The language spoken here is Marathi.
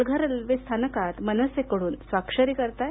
पालघर रेल्वे स्थानकात मनसेकड्रन स्वाक्षरी करताय